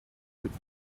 could